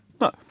no